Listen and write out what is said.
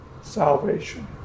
salvation